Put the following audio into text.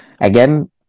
again